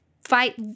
fight